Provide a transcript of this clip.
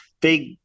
big